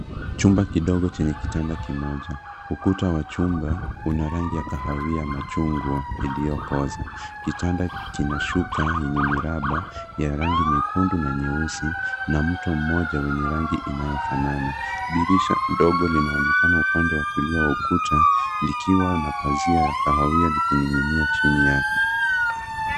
Chumba kidogo chenye kitanda kimoja. Ukuta wa chumba una rangi ya kahawia machungwa iliyokoza. Kitanda kina shuka yenye miraba ya rangi nyekundu na nyeusi na mto mmoja wenye rangi inayofanana. Dirisha dogo linaonekana upande wa kulia wa ukuta likiwa na pazia ya kahawia likininginia chini yake.